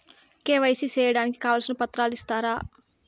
KYC సేయడానికి కావాల్సిన పత్రాలు ఇస్తారా?